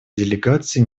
делегации